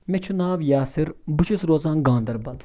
مےٚ چھُ ناو یاصِر بہٕ چھُس روزان گاندربل